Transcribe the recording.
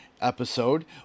episode